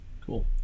Cool